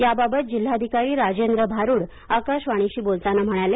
याबाबत जिल्हाधिकारी राजेंद्र भारुड आकाशवाणीशी बोलताना म्हणाले